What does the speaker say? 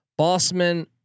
Bossman